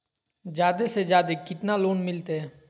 जादे से जादे कितना लोन मिलते?